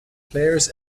players